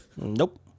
Nope